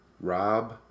Rob